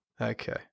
Okay